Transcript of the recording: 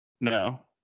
No